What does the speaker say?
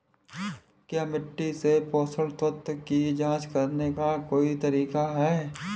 क्या मिट्टी से पोषक तत्व की जांच करने का कोई तरीका है?